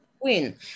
win